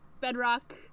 Bedrock